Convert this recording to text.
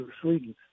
Sweden